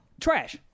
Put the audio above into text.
Trash